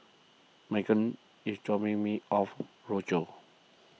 Meghann is dropping me off Rochor